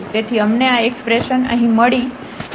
તેથી અમને આ એક્સપ્રેશન અહીં મળી અને આ f 1 over 2 r